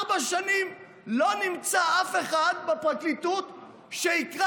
וארבע שנים לא נמצא אף אחד בפרקליטות שיקרא